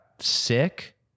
sick